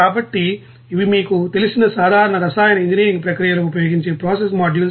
కాబట్టి ఇవి మీకు తెలిసిన సాధారణ రసాయన ఇంజనీరింగ్ ప్రక్రియలో ఉపయోగించే ప్రాసెస్ మాడ్యూల్స్